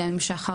גם עם שחר.